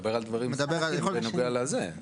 מדבר על דברים בנוגע לזה.